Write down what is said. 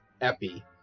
Epi